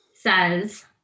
says